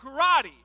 karate